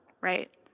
right